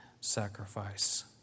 sacrifice